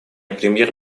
премьер